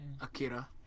Akira